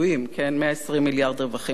כן, 120 מיליארד שקל רווחים כלואים.